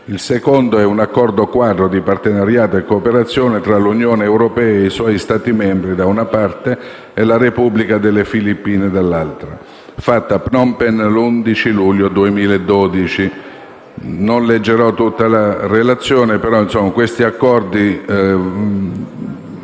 Il secondo è un Accordo quadro di partenariato e cooperazione tra l'Unione europea e i suoi Stati membri da una parte e la Repubblica delle Filippine dall'altra, fatto a Phnom Penh l'11 luglio 2012. Non leggerò tutta la relazione, ma questi accordi